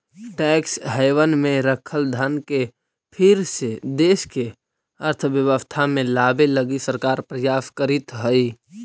tax haven में रखल धन के फिर से देश के अर्थव्यवस्था में लावे लगी सरकार प्रयास करीतऽ हई